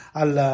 al